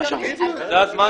זה מה שאנחנו רוצים.